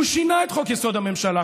הוא שינה את חוק-יסוד: הממשלה,